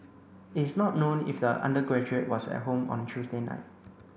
it's not known if the undergraduate was at home on Tuesday night